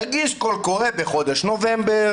'תגיש קול קורא בחודש נובמבר,